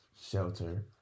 shelter